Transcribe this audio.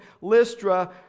Lystra